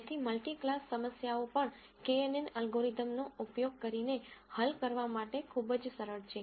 તેથી multi class સમસ્યાઓ પણ કેએનએન એલ્ગોરિધમનો ઉપયોગ કરીને હલ કરવા માટે ખૂબ જ સરળ છે